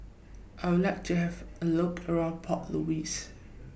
I Would like to Have A Look around Port Louis